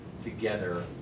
together